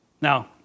Now